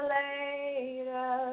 later